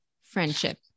friendship